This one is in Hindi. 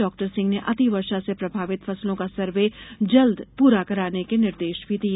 डॉक्टर सिंह ने अति वर्षा से प्रभावित फसलों का सर्वे जल्द पूरा कराने के निर्देश भी दिए